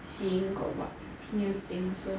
seeing got what new things so